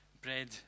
bread